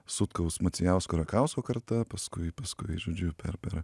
sutkaus macijausko rakausko karta paskui paskui žodžiu per per